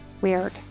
weird